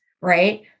right